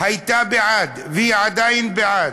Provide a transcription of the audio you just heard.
הייתה בעד, והיא עדיין בעד,